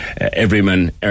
Everyman